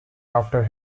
after